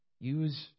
Use